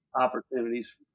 opportunities